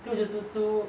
two zero two two